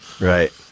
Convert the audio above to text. Right